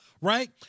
Right